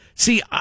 See